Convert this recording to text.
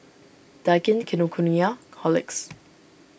Daikin Kinokuniya Horlicks